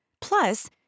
plus